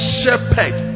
shepherd